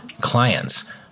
clients